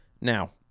Now